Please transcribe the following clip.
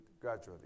gradually